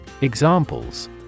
Examples